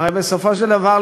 הרי בסופו של דבר,